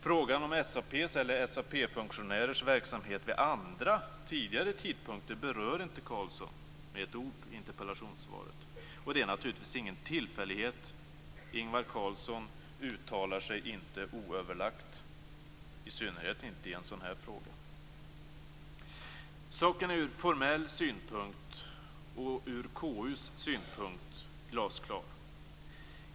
Frågan om SAP:s eller SAP-funktionärers verksamhet vid andra, tidigare tidpunkter berör inte Invar Carlsson med ett ord i interpellationssvaret, och det är naturligtvis ingen tillfällighet. Ingvar Carlsson uttalar sig inte oöverlagt, i synnerhet inte i denna fråga. Saken är ur formell synpunkt och ur KU:s synpunkt glasklar.